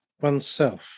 oneself